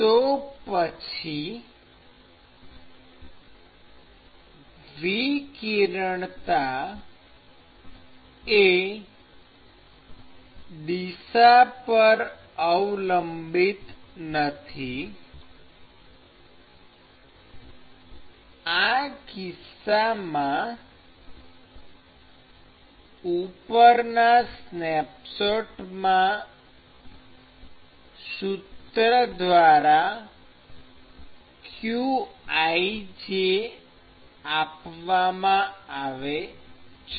તો પછી વિકિરણતા એ દિશા પર અવલંબિત નથી આ કિસ્સામાં ઉપરના સ્નેપશોટમાં સૂત્ર દ્વારા qij આપવામાં આવે છે